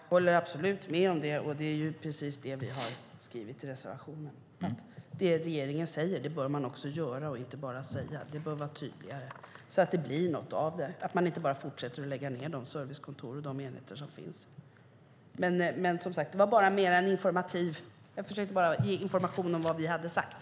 Fru talman! Jag håller absolut med om det, och det är precis det vi har skrivit i reservationen. Det regeringen säger bör man också göra, och inte bara säga. Det bör vara tydligare så att det blir något av det och att man inte bara fortsätter att lägga ned de servicekontor och de enheter som finns. Jag försökte bara ge information om vad vi hade sagt.